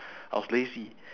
I was lazy